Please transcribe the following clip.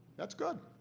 that's good.